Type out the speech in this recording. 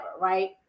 Right